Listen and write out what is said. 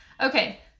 Okay